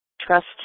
trust